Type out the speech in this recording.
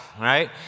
right